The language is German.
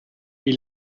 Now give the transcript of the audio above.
wie